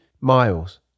miles